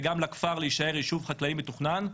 וגם לכפר להישאר יישוב חקלאי מתוכנן,